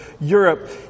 Europe